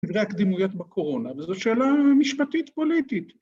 ‫לפני הקדימויות בקורונה, ‫וזו שאלה משפטית-פוליטית.